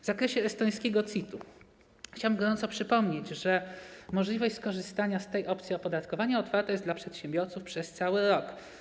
W zakresie estońskiego CIT-u chciałbym gorąco przypomnieć, że możliwość skorzystania z tej opcji opodatkowania otwarta jest dla przedsiębiorców przez cały rok.